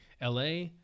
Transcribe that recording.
LA